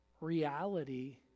reality